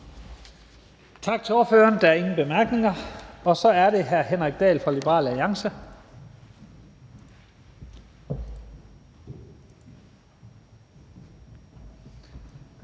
Tak til ordføreren. Der er ingen korte bemærkninger. Så er det hr. Henrik Dahl fra Liberal Alliance.